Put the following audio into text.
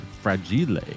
Fragile